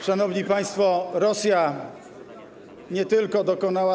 Szanowni państwo, Rosja nie tylko dokonała.